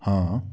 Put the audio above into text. हां